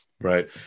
Right